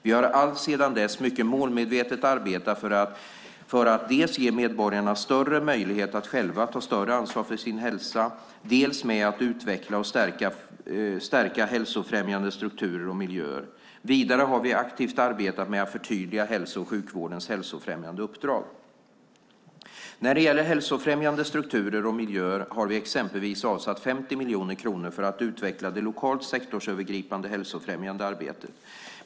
Vi har alltsedan dess mycket målmedvetet arbetat dels för att ge medborgarna större möjlighet att själva ta större ansvar för sin hälsa, dels med att utveckla och stärka hälsofrämjande strukturer och miljöer. Vidare har vi aktivt arbetat med att förtydliga hälso och sjukvårdens hälsofrämjande uppdrag. När det gäller hälsofrämjande strukturer och miljöer har vi exempelvis avsatt 50 miljoner kronor för att utveckla det lokalt sektorsövergripande hälsofrämjande arbetet.